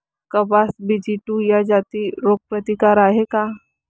कपास BG two ह्या जाती रोग प्रतिकारक हाये का?